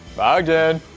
bogdan!